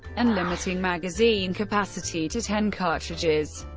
and limiting magazine capacity to ten cartridges.